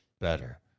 better